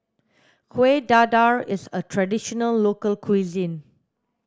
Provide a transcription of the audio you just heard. kuih dadar is a traditional local cuisine